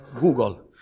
Google